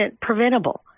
preventable